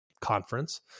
conference